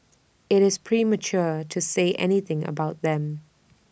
IT is premature to say anything about them